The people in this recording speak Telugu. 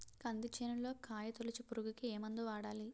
కంది చేనులో కాయతోలుచు పురుగుకి ఏ మందు వాడాలి?